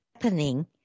happening